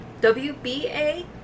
WBA